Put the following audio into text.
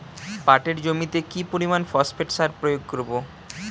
পাটের জমিতে কি পরিমান ফসফেট সার প্রয়োগ করব?